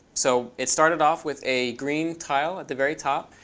so it started off with a green tile at the very top.